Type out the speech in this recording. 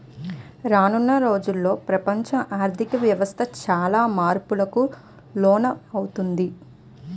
రానున్న రోజుల్లో ప్రపంచ ఆర్ధిక వ్యవస్థ చాలా మార్పులకు లోనవుతాది